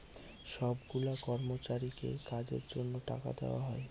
সব গুলা কর্মচারীকে কাজের জন্য টাকা দেওয়া হয়